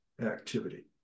activity